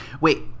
Wait